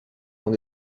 dans